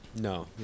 No